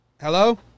Hello